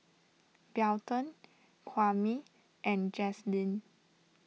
Belton Kwame and Jazlene